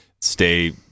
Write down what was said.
stay